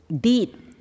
deed